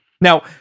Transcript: Now